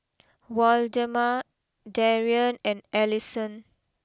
Waldemar Darien and Allison